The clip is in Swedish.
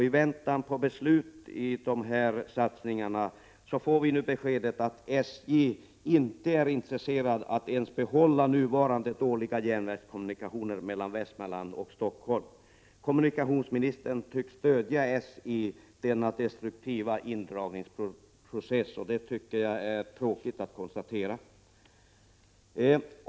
I väntan på beslut om dessa satsningar får vi nu beskedet att man inom SJ inte ens är intresserad av att behålla nuvarande dåliga järnvägskommunikationer mellan Västmanland och Stockholm. Kommunikationsministern tycks stödja SJ i denna destruktiva indragningsprocess, och det tycker jag att det är tråkigt att konstatera.